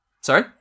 Sorry